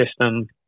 system